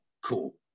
cool